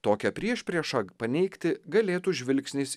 tokią priešpriešą paneigti galėtų žvilgsnis